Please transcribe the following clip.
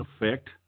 effect